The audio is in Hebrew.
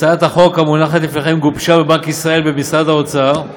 הצעת החוק המונחת לפניכם גובשה בבנק ישראל ובמשרד האוצר,